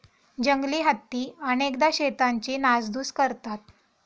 जंगली हत्ती अनेकदा शेतांची नासधूस करतात